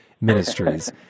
Ministries